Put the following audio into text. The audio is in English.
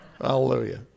Hallelujah